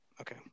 Okay